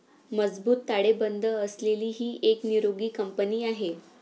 मजबूत ताळेबंद असलेली ही एक निरोगी कंपनी आहे